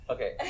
Okay